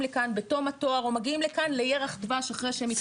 לכאן בתום התואר או מגיעים לכאן לירח דבש אחרי שהם מתחתנים.